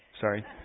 Sorry